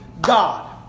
God